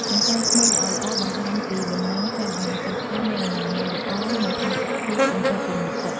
កន្សែងថ្មីល្អៗបង្ហាញពីបំណងចង់ឲ្យម្ចាស់ផ្ទះមានអនាម័យល្អ និងផាសុកភាពបន្ទាប់ពីងូតទឹក។